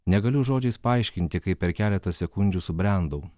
negaliu žodžiais paaiškinti kaip per keletą sekundžių subrendau